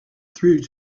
through